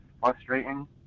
frustrating